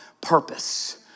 purpose